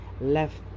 Left